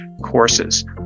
courses